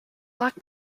black